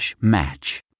match